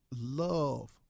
love